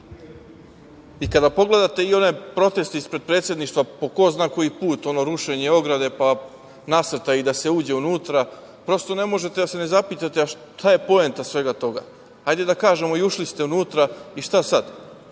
pogledate i one proteste ispred predsedništva, po ko zna koji put, ono rušenje ograde, nasrtaji da se uđe unutra, prosto ne možete a da se ne zapitate šta je poenta svega toga? Hajde da kažemo, ušli ste unutra, i šta sad?